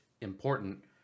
important